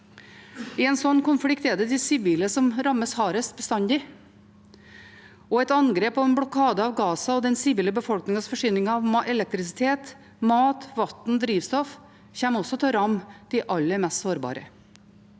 I en slik konflikt er det bestandig de sivile som rammes hardest, og et angrep på og en blokade av Gaza og den sivile befolkningens forsyning av elektrisitet, mat, vann og drivstoff kommer også til å ramme de aller mest sårbare.